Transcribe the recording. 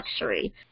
luxury